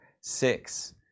six